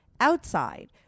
outside